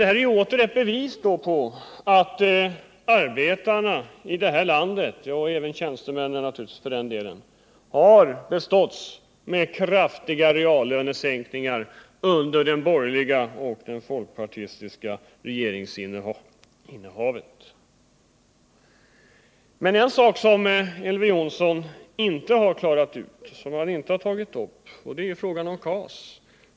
Det här är ytterligare ett bevis på att arbetarna — och även tjänstemännen för den delen — här i landet har beståtts med kraftiga reallönesänkningar under de borgerliga regeringsinnehaven. En sak som Elver Jonsson inte har tagit upp är frågan om KAS.